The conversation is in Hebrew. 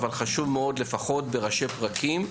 אבל חשוב מאוד לפחות בראשי פרקים.